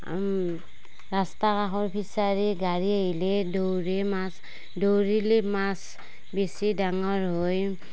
ৰাস্তা কাষৰ ফিছাৰিত গাড়ী আহিলে দৌৰে মাছ দৌৰিলেই মাছ বেছি ডাঙৰ হয়